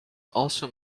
also